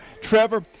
Trevor